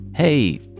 Hey